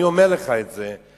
אני אומר לך את זה.